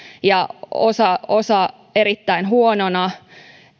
ja osa osa erittäin huonona